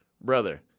brother